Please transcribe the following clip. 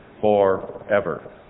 Forever